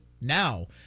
now